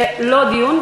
זה לא דיון,